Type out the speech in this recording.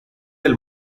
del